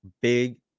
big